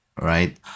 right